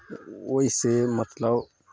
ओहिसँ मतलब